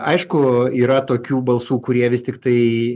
aišku yra tokių balsų kurie vis tiktai